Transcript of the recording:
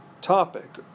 topic